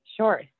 Sure